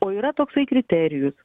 o yra toksai kriterijus